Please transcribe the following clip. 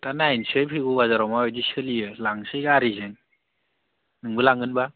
दा नायनोसै फैगौ बाजाराव माबायदि सोलियो लांनोसै गारिजों नोंबो लांगोनबा